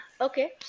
okay